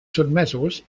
sotmesos